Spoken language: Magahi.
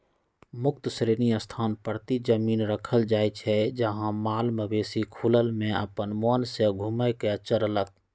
मुक्त श्रेणी स्थान परती जमिन रखल जाइ छइ जहा माल मवेशि खुलल में अप्पन मोन से घुम कऽ चरलक